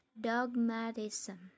dogmatism